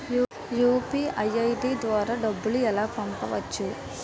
UPI ID ద్వారా డబ్బులు ఎలా పంపవచ్చు?